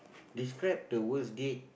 describe the worst date